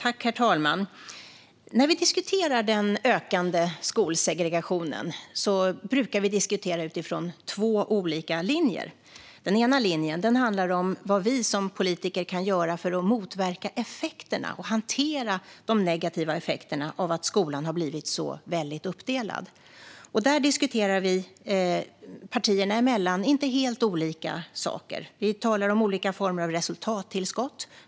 Herr talman! När vi diskuterar den ökande skolsegregationen brukar vi diskutera utifrån två olika linjer. Den ena linjen handlar om vad vi som politiker kan göra för att motverka effekterna och hantera de negativa effekterna av att skolan har blivit så uppdelad. Där diskuterar vi partierna emellan inte helt olika saker. Vi talar om olika former av resultattillskott.